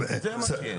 זה מה שיש.